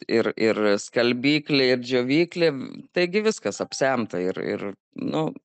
ir ir skalbyklė ir džiovyklė taigi viskas apsemta ir ir nu